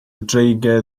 dreigiau